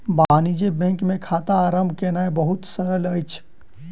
वाणिज्य बैंक मे खाता आरम्भ केनाई बहुत सरल अछि